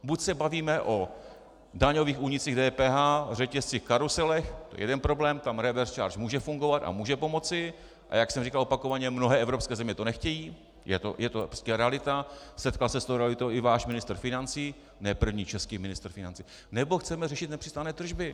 Buď se bavíme o daňových únicích DPH a řetězcích, karuselech, jeden problém, tam reverse charge může fungovat a může pomoci, a jak jsem říkal opakovaně, mnohé evropské země to nechtějí, je to prostě realita, setkal se s tou realitou i váš ministr financí, ne první český ministr financí, nebo chceme řešit nepřiznané tržby.